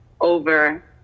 over